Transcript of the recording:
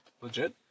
legit